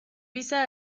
visa